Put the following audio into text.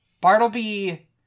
Bartleby